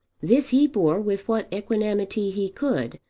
this he bore with what equanimity he could,